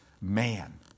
Man